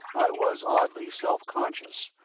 i was oddly self-conscious,